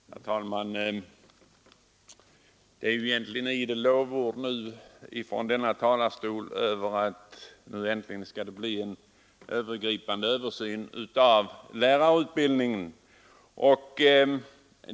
Herr talman! Det har egentligen bara förekommit idel lovord från denna talarstol om att det nu äntligen skall bli en övergripande översyn av lärarutbildningen.